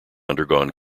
undergone